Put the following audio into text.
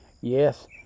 Yes